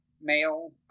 male